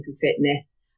fitness